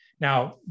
Now